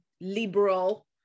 liberal